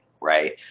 right